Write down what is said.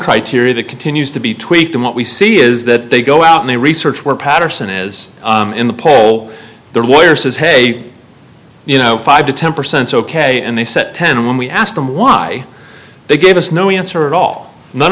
criteria that continues to be tweaked and what we see is that they go out and they research where patterson is in the poll their lawyer says hey you know five to ten percent ok and they said ten and when we asked them why they gave us no answer at all none